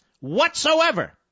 whatsoever